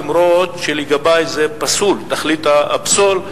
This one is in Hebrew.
למרות שלגבי זה פסול תכלית הפסול,